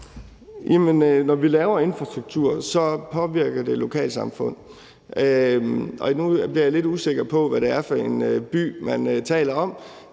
når vi laver infrastruktur, påvirker det lokalsamfund. Nu bliver jeg lidt usikker på, hvad det er for en by, man taler om